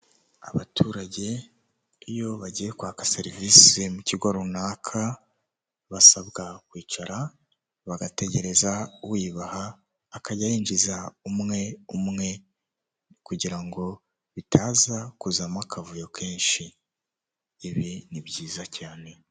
Hano ni muri supamaketi, amatara ari kwaka. Harimo etajeri nyinshi ziriho ibicuruzwa bitandukanye. Ndahabona urujya n'uruza rw'abantu, barimo guhaha.